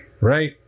Right